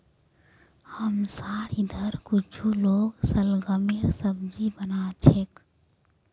हमसार इधर कुछू लोग शलगमेर सब्जी बना छेक